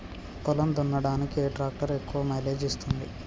పొలం దున్నడానికి ఏ ట్రాక్టర్ ఎక్కువ మైలేజ్ ఇస్తుంది?